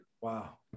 Wow